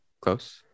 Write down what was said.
close